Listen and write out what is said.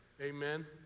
amen